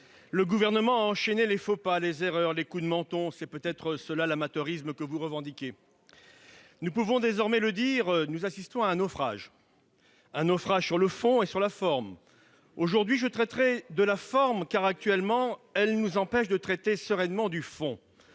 le Gouvernement a enchaîné les faux pas, les erreurs, les coups de menton ... C'est peut-être cela, l'amateurisme que vous revendiquez. Nous pouvons désormais le dire, nous assistons à un naufrage, sur le fond comme sur la forme. Tout en nuance ! Aujourd'hui, je traiterai de la forme, car, actuellement, elle nous empêche d'aborder sereinement le fond.